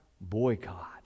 boycott